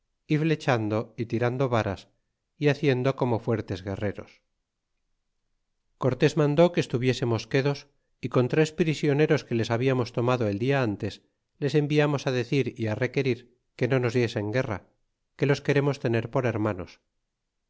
y trompetas yflechando y tirando varas y haciendo como fuertes guerreros cortés mandó que estuviésemos quedos y con tres prisioneros que les hablarnos tomado el dia ntes les enviamos decir y requerir que no nos diesen guerra que los queremos tener por